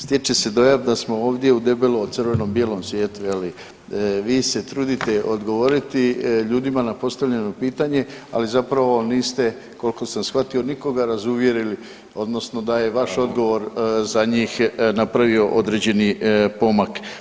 Stječe se dojam da smo ovdje u debelo crvenom bijelom svijetu je li, vi se trudite odgovoriti ljudima na postavljeno pitanje, ali zapravo niste koliko sam shvatio nikoga razuvjerili odnosno da je vaš odgovor za njih napravio određeni pomak.